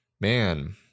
man